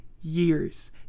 years